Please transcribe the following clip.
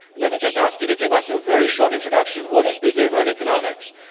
let me just ask you to give us a very short introduction. what is behavioral economics?